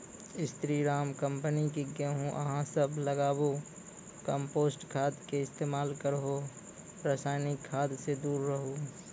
स्री Ram company के गेहूँ अहाँ सब लगाबु कम्पोस्ट खाद के इस्तेमाल करहो रासायनिक खाद से दूर रहूँ?